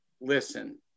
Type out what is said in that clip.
listen